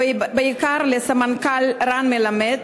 ובעיקר לסמנכ"ל רן מלמד,